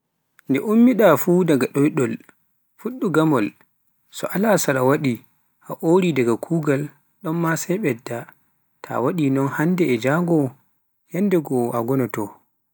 nde ummi ɗa fuu daga ɗoyɗol, fuuɗɗu e ngamol, so alasara waɗi a ori daga kuugal ɗon ma sai ɓedda, ta waɗi non hannde e janngo, yanndego a gonoto.